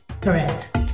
Correct